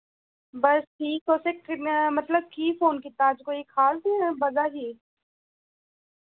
बस ठीक तुसें किन्ना मतलब की फोन कीता कोई खास बजह ही